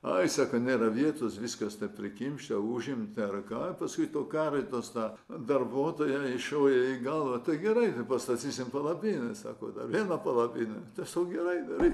ai sako nėra vietos viskas taip prikimšta užimta ar ką paskui to karitos ta darbuotojai šovė į galvą tai gerai pastatysim palapinę sako dar vieną palapinę tai aš sakau gerai darykit